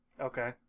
Okay